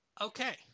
Okay